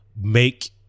make